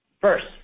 First